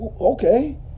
okay